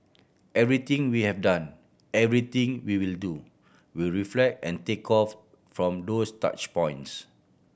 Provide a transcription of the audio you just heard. everything we have done everything we will do will reflect and take off from those touch points